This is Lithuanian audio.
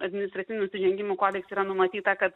administracinių nusižengimų kodekse yra numatyta kad